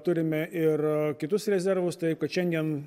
turime ir kitus rezervus tai kad šiandien